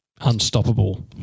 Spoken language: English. Unstoppable